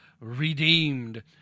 redeemed